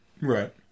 Right